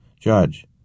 Judge